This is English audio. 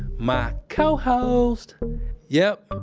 my co-host yep,